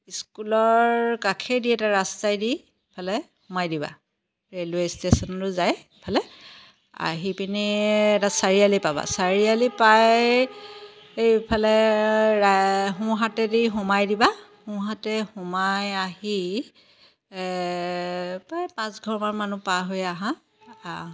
স্কুলৰ কাষেদি এটা ৰাস্তাইদি এইফালে সোমাই দিবা ৰেইলৱে' ষ্টেচনলৈ যাই এইফালে আহি পিনে এটা চাৰিআলি পাবা চাৰিআলি পাই এইফালে ৰা সোঁহাতেদি সোমাই দিবা সোঁহাতে সোমাই আহি প্ৰায় পাঁচঘৰমান মানুহ পাৰ হৈ আহাঁ